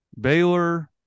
Baylor